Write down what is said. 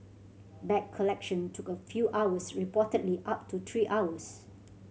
bag collection took a few hours reportedly up to three hours